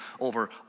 over